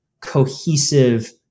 cohesive